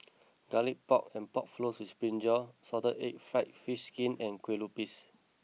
Garlic Pork and Pork Floss with Brinjal Salted Egg Fried Fish Skin and Kueh Lupis